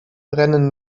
brennen